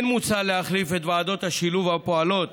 כן מוצע להחליף את ועדות השילוב הפועלות